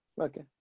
okay